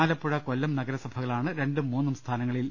ആലപ്പുഴ കൊല്ലം നഗരസഭകളാണ് രണ്ടും മൂന്നും സ്ഥാനങ്ങളിൽ